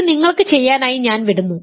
ഇത് നിങ്ങൾക്ക് ചെയ്യാനായി ഞാൻ വിടുന്നു